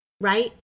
right